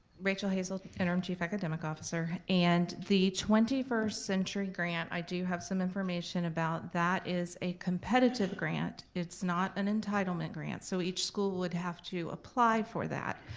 rachel hazel, interim chief academic officer, and the twenty first century grant, i do have some information about that. it's a competitive grant, it's not an entitlement grant, so each school would have to apply for that.